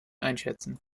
einschätzen